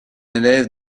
élève